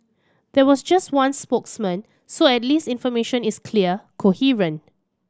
there was just one spokesman so at least information is clear coherent